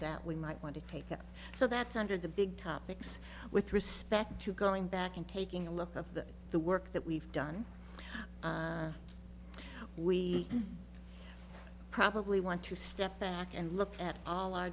that we might want to take up so that under the big topics with respect to going back and taking a look of the work that we've done we probably want to step back and look at all our